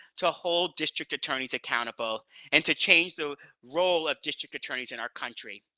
to hold district attorneys accountable and to change the role of district attorneys in our country.